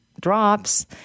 drops